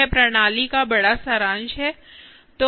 यह प्रणाली का बड़ा सारांश है